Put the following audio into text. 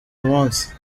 munsi